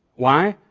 why?